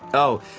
oh,